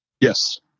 Yes